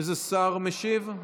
איזה שר משיב?